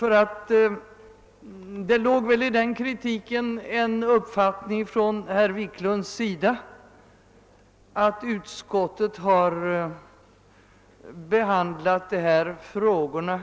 Bakom kritiken ligger en uppfattning hos herr Wiklund, att utskottet har behandlat frågan